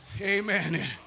Amen